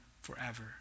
forever